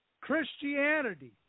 christianity